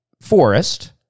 forest